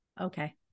Okay